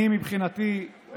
מבחינתי,